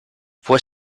fue